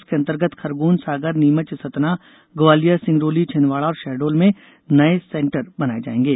इसके अंतर्गत खरगौन सागर नीमच सतना ग्वालियर सिंगरौली छिंदवाड़ा और शहडोल में नये सेण्टर बनाये जायेंगे